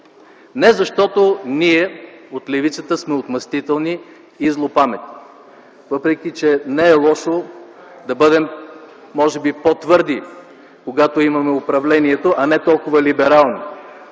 не защото ние от левицата сме отмъстителни и злопаметни, въпреки че не е лошо да бъдем може би по-твърди, когато имаме управлението, а не толкова либерални.